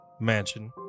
mansion